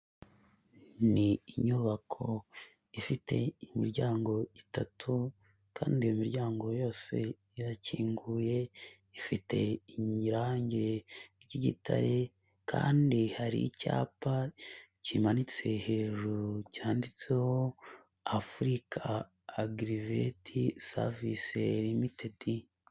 Ni inyubako ifite imiryango itatu kandi iyo imiryango yose irakinguye, ifite irange ry'igitare kandi hari icyapa kimanitse hejuru, cyanditseho Africa Agrivet service ltd.